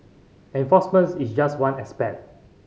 enforcement is just one aspect